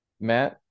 Matt